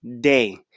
day